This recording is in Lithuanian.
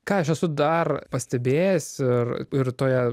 ką aš esu dar pastebėjęs ir ir toje